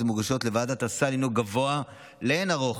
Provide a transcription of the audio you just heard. המוגשות לוועדת הסל גבוה לאין ערוך